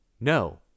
No